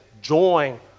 join